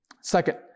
Second